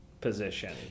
position